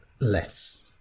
less